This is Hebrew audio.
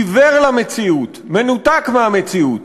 עיוור למציאות, מנותק מהמציאות,